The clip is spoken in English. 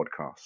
Podcast